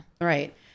right